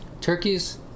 turkeys